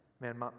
man